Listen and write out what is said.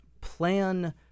plan